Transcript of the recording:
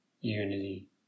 unity